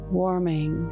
warming